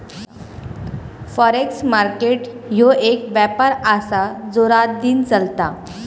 forex market ह्यो एक व्यापार आसा जो रातदिन चलता